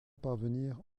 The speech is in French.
parvenir